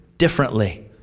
differently